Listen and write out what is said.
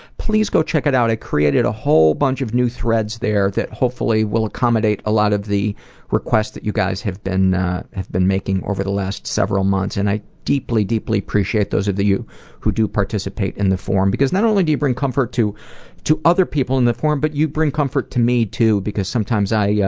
please go check it out. i created a whole bunch of new threads there that hopefully will accommodate a lot of the requests that you guys have been have been making over the last several months. and i deeply, deeply appreciate those of you who do participate in the forum because not only do you bring comfort to to other people in the forum, but you bring comfort to me too because sometimes i yeah